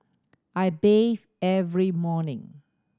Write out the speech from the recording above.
I bathe every morning